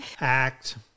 act